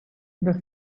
the